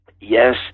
Yes